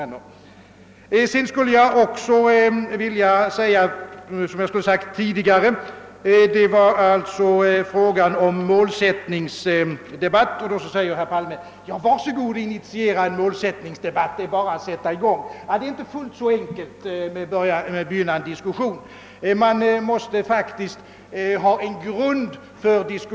Något som jag skulle ha tagit upp tidigare är frågan om målsättningsdebatten. Herr Palme säger nu: Ja, var så god och initiera en målsättningsdebatt! Det är bara att sätta i gång! — Det är inte fullt så enkelt att begynna en diskussion. Man måste faktiskt ha en grund för denna.